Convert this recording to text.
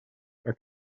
are